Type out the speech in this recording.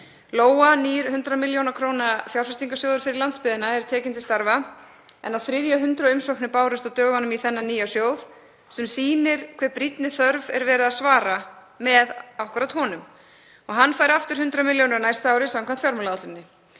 Lóa, nýr 100 milljóna króna fjárfestingarsjóður fyrir landsbyggðina er tekinn til starfa, en á þriðja hundrað umsókna bárust á dögunum í þennan nýja sjóð sem sýnir hve brýnni þörf er verið að svara með einmitt honum. Hann fær aftur 100 milljónir á næsta ári samkvæmt fjármálaáætlun.